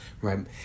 right